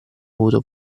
avuto